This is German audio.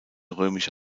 römische